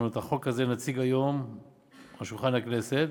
אנחנו את החוק הזה נציג היום על שולחן הכנסת,